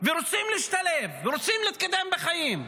ורוצים להשתלב ורוצים להתקדם בחיים,